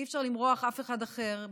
אי-אפשר למרוח אף אחד אחר,